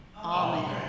Amen